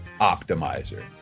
optimizer